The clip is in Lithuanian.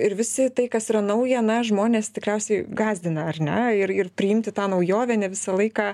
ir visi tai kas yra nauja na žmonės tikriausiai gąsdina ar ne ir ir priimti tą naujovę ne visą laiką